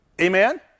Amen